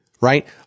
right